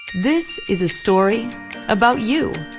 this is a story about you.